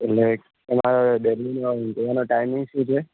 એટલે તમારો ડેઇલી ઉંઘવાનો એનો ટાઈમિંગ શું છે